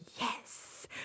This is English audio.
Yes